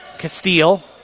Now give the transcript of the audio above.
Castile